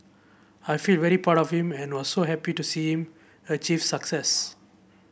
I feel very proud of him and was so happy to see him achieve success